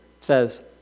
says